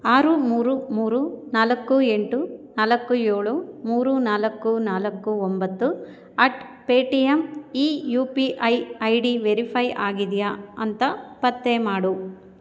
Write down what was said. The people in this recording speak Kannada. ಆರು ಮೂರು ಮೂರು ನಾಲ್ಕು ಎಂಟು ನಾಲ್ಕು ಏಳು ಮೂರು ನಾಲ್ಕು ನಾಲ್ಕು ಒಂಬತ್ತು ಅಟ್ ಪೇ ಟಿ ಯಮ್ ಈ U P I I D verify ಆಗಿದೆಯಾ ಅಂತ ಪತ್ತೆ ಮಾಡು